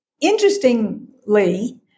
interestingly